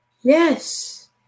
Yes